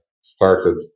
started